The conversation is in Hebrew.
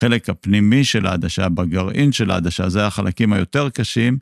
חלק הפנימי של העדשה, בגרעין של העדשה, זה החלקים היותר קשים.